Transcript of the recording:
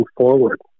forward